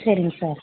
சரிங்க சார்